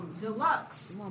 deluxe